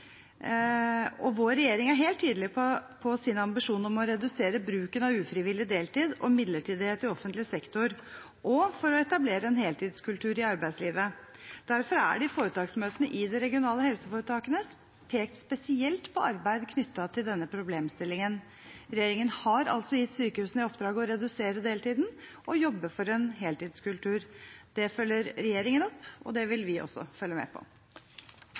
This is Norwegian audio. Vår regjering er helt tydelig på sin ambisjon om å redusere bruken av ufrivillig deltid og midlertidighet i offentlig sektor og for å etablere en heltidskultur i arbeidslivet. Derfor er det i foretaksmøtene i de regionale helseforetakene pekt spesielt på arbeid knyttet til denne problemstillingen. Regjeringen har altså gitt sykehusene i oppdrag å redusere deltiden og å jobbe for en heltidskultur. Det følger regjeringen opp, og det vil vi også følge med på.